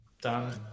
done